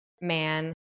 man